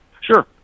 Sure